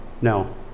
no